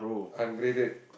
ungraded